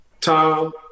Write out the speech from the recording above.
Tom